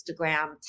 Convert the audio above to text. Instagram